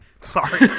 sorry